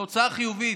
התוצאה חיובית,